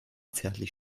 zärtlich